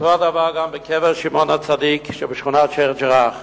אותו הדבר גם בקבר שמעון הצדיק שבשכונת שיח'-ג'ראח.